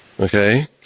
Okay